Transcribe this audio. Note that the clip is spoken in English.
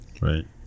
Right